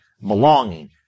belonging